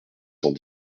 cent